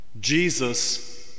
Jesus